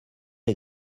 est